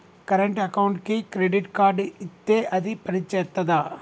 Current అకౌంట్కి credit card ఇత్తే అది పని చేత్తదా?